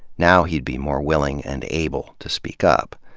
now he'd be more willing and able to speak up.